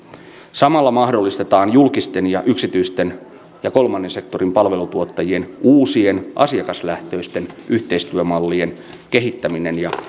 samalla mahdollistetaan julkisten ja yksityisten ja kolmannen sektorin palvelutuottajien uusien asiakaslähtöisten yhteistyömallien kehittäminen ja